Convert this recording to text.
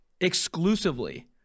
exclusively